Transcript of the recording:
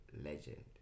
legend